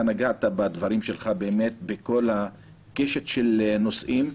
אתה נגעת בדברים שלך באמת בכל הקשת של נושאים.